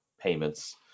payments